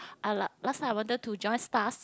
ah lah last time I wanted to join stars